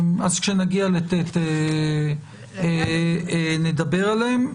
כשנגיע ל-(ט) נדבר עליהם.